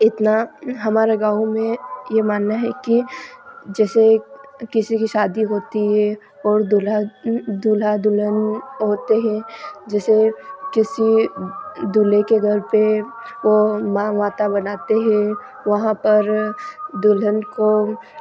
इतना हमारा गाँव में यह मनना है कि जैसे किसी की शादी होती है और दूल्हा दूल्हा दुल्हन होते हैं जैसे किसी दूल्हे के घर पर वह माँग वाता बनाते हैं वहाँ पर दुल्हन को